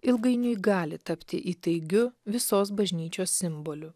ilgainiui gali tapti įtaigiu visos bažnyčios simboliu